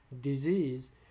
disease